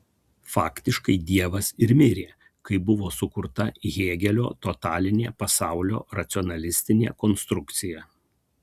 faktiškai dievas ir mirė kai buvo sukurta hėgelio totalinė pasaulio racionalistinė konstrukcija